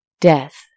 Death